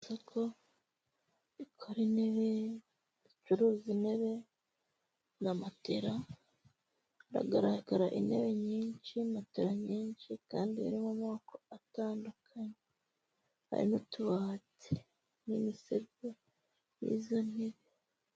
Isoko rikora intebe, ricuruza intebe na matera. Haragaragara intebe nyinshi, matela nyinshi kandi ziri mu moko atandukanye hari n'utubati n'imisego yizo ntebe.